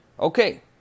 Okay